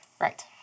Right